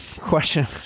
Question